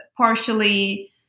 partially